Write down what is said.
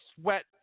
sweat